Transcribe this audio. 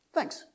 Thanks